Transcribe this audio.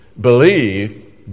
believe